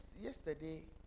yesterday